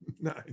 Nice